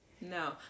no